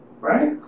Right